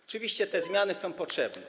Oczywiście te zmiany są potrzebne.